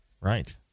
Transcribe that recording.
Right